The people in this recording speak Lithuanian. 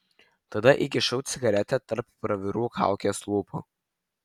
tada įkišau cigaretę tarp pravirų kaukės lūpų